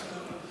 הכנסת,